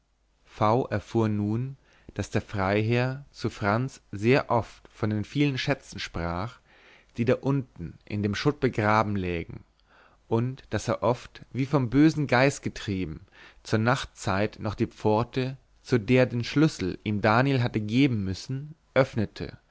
v erfuhr nun daß der freiherr zu franz sehr oft von den vielen schätzen sprach die da unten in dem schutt begraben lägen und daß er oft wie vom bösen geist getrieben zur nachtzeit noch die pforte zu der den schlüssel ihm daniel hatte geben müssen öffnete